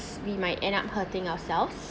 we might end up hurting ourselves